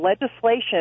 legislation